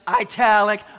italic